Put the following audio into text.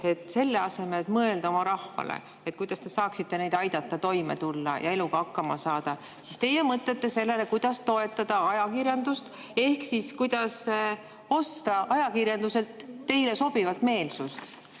et selle asemel, et mõelda oma rahvale, kuidas te saaksite inimestel aidata toime tulla ja eluga hakkama saada, teie mõtlete sellele, kuidas toetada ajakirjandust ehk siis kuidas osta ajakirjanduselt teile sobivat meelsust.